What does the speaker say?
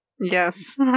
Yes